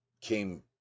came